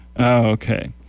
Okay